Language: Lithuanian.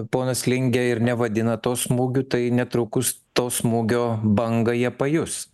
ponas lingė ir nevadina to smūgiu tai netrukus to smūgio bangą jie pajus